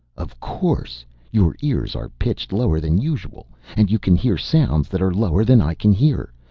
of course your ears are pitched lower than usual, and you can hear sounds that are lower than i can hear.